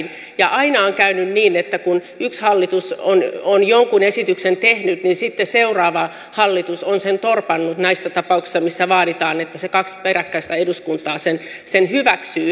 aina on käynyt niin että kun yksi hallitus on jonkun esityksen tehnyt niin sitten seuraava hallitus on sen torpannut näissä tapauksissa missä vaaditaan että kaksi peräkkäistä eduskuntaa sen hyväksyy